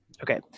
Okay